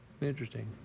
Interesting